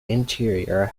interior